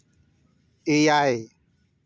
ᱮᱭᱟᱭ